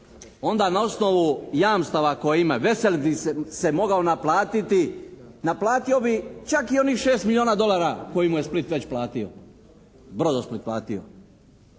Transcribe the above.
onda na osnovu jamstava koje ima Vesels bi se mogao naplatiti, naplatio bi čak i onih 6 milijuna dolara koje mu je Split već platio, “Brodosplit“ platio.